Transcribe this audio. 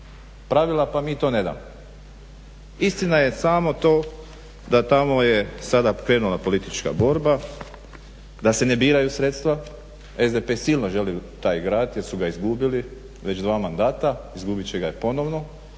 pravila pa mi to ne damo. Istina je samo to da je tamo sada krenula politička borba, da se ne biraju sredstva. SDP silno želi taj grad jer su ga izgubili već dva mandata, izgubit će ga i ponovo